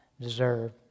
deserve